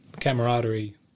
Camaraderie